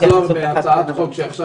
אנחנו נעזור בהצעת חוק שעכשיו